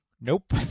nope